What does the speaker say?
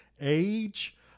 age